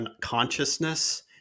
consciousness